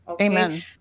Amen